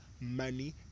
money